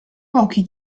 pochi